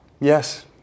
Yes